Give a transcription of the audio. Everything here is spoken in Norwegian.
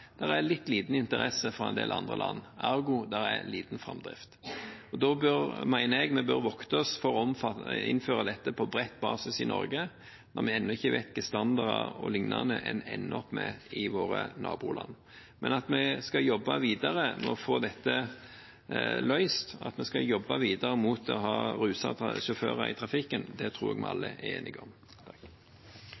er litt liten interesse fra en del andre land – ergo er det liten framdrift. Da mener jeg vi bør vokte oss for å innføre dette på bred basis i Norge, når vi ennå ikke vet hvilke standarder og lignende en ender opp med i våre naboland. Men at vi skal jobbe videre med å få dette løst, at vi skal jobbe videre mot å ha rusede sjåfører i trafikken, det tror jeg vi alle